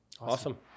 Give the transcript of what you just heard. Awesome